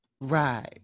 Right